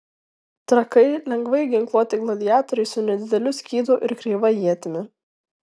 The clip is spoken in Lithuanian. trakai lengvai ginkluoti gladiatoriai su nedideliu skydu ir kreiva ietimi